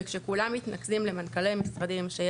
וכשכולם מתנקזים למנכ״לי משרדים,